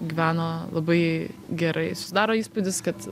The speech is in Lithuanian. gyveno labai gerai susidaro įspūdis kad